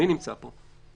מי נמצא פה?